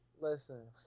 listen